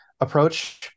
approach